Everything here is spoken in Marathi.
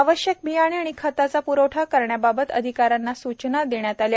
आवश्यक बियाणे व खताचा प्रवठा करण्याबाबत अधिकाऱ्यांना सूचना देण्यात आल्या